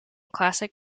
classic